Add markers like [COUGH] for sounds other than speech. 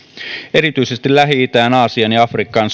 erityisesti lähi itään aasiaan ja afrikkaan [UNINTELLIGIBLE]